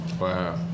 Wow